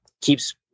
keeps